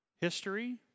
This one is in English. History